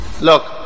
Look